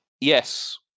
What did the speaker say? Yes